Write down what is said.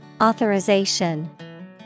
Authorization